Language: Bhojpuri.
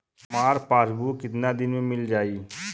हमार पासबुक कितना दिन में मील जाई?